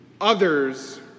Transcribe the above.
others